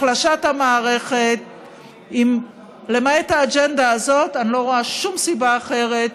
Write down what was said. החלשת המערכת למעט האג'נדה הזאת אני לא רואה שום סיבה אחרת,